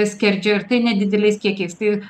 skerdžia ir tai nedideliais kiekiais tai